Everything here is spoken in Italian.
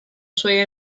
suoi